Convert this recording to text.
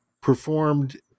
performed